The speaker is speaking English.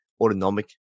autonomic